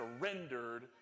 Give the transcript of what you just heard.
surrendered